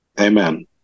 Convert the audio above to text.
Amen